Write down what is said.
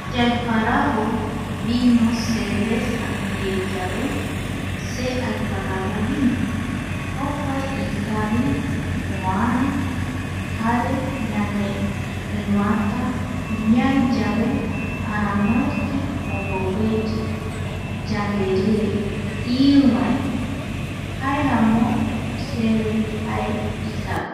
Yaiparavo, vino cerveza ndie yave se aiparavo vino jokua ikavi moara jare ñane rivata ñai yave aramoete ombogueyi yanderie tii vae jaeramo seve jae ikavi.